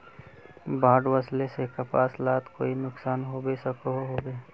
बाढ़ वस्ले से कपास लात कोई नुकसान होबे सकोहो होबे?